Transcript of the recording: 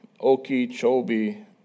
Okeechobee